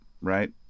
right